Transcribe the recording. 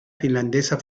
finlandesa